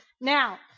Now